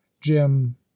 Jim